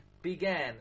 began